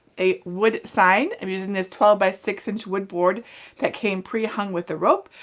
a wood sign. i'm using this twelve by six inch wood board that came pre-hung with a rope,